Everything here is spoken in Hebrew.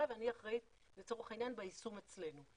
ואני אחראית לצורך העניין ביישום אצלנו,